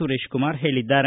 ಸುರೇಶ್ಕುಮಾರ್ ಹೇಳಿದ್ದಾರೆ